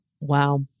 Wow